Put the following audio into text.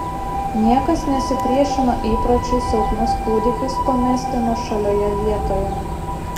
niekas nesipriešino įpročiui silpnus kūdikius pamesti nuošalioje vietoje